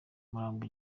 umurambo